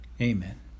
Amen